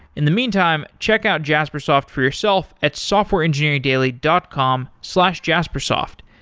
in the meantime, check out jaspersoft for yourself at softwareengineeringdaily dot com slash jaspersoft.